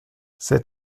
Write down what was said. c’est